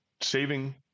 saving